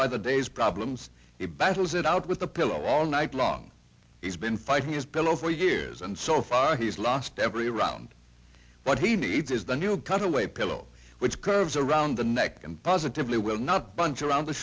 by the day's problems he battles it out with a pillow all night long he's been fighting his pillow for years and so far he's lost every round what he needs is the new cutaway pillow which curves around the neck and positively will not bunch around the